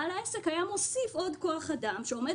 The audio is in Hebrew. בעל העסק היה מוסיף עוד כוח-אדם שעומד